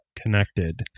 connected